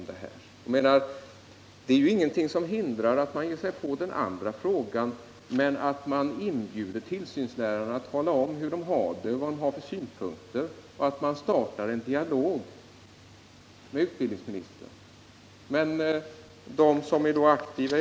Det är ju ingenting som hindrar att man ger sig på frågan om huvudlärarna men ändå inbjuder tillsynslärarna att tala om hur de har det och vad de har för synpunkter och att utbildningsministern deltar i en dialog om detta.